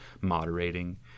moderating